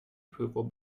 approval